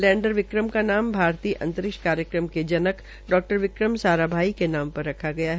lander Vikram का नाम भारतीय अंतरिक्ष के जन डा विक्रम साराभाई के नाम पर रखा गया है